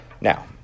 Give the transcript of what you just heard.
Now